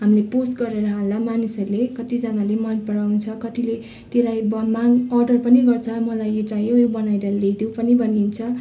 हामीले पोस्ट गरेर हाल्दा मानिसहरूले कतिजनाले मन पराउँछ कतिले त्यसलाई बनाउन अर्डर पनि गर्छ मलाई यो चाहियो यो बनाएर ल्याइदेऊ पनि भनिन्छ